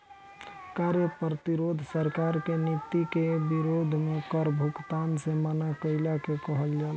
कार्य प्रतिरोध सरकार के नीति के विरोध में कर भुगतान से मना कईला के कहल जाला